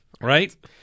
right